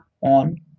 on